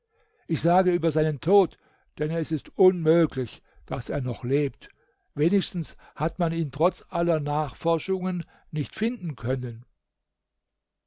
ich sage über seinen tod denn es ist unmöglich daß er noch lebt wenigstens hat man ihn trotz aller nachforschungen nicht finden können